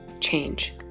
change